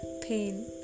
pain